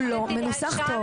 הוא לא מנוסח טוב.